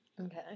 Okay